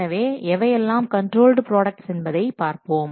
எனவே எவையெல்லாம் controlled products என்பதை பார்ப்போம்